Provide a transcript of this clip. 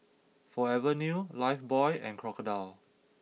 Forever New Lifebuoy and Crocodile